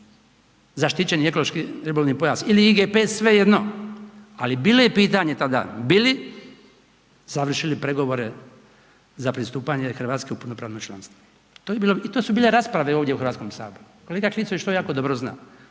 zaštićeni ekološki obalni pojas ili IGP, svejedno. Ali bilo je pitanje tada, bi li završili pregovore za pristupanje Hrvatske u punopravno članstvo. To je bilo i to su bile rasprave ovdje u HS, kolega Klisović to jako dobro zna.